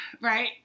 Right